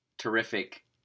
terrific